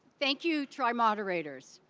thank you, tr i-moderators.